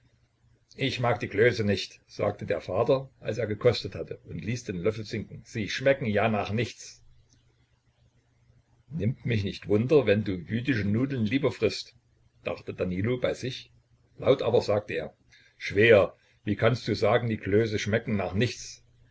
ich mag die klöße nicht sagte der vater als er gekostet hatte und ließ den löffel sinken sie schmecken ja nach nichts nimmt mich nicht wunder wenn du jüdische nudeln lieber frißt dachte danilo bei sich laut aber sagte er schwäher wie kannst du sagen die klöße schmecken nach nichts